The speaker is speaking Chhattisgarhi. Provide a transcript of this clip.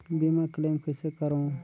बीमा क्लेम कइसे करों?